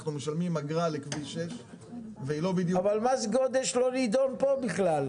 אנחנו משלמים אגרה לכביש 6. אבל מס גודש לא נידון פה בכלל.